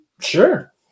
Sure